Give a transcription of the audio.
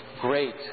great